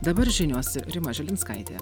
dabar žinios rima žilinskaitė